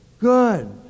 Good